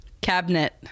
Cabinet